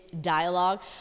dialogue